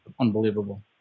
Unbelievable